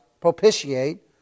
propitiate